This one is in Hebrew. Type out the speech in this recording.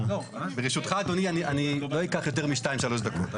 ברשותך אדוני, אני לא אקח יותר מ-2-3 דקות.